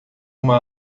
uma